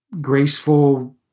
graceful